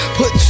put